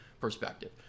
perspective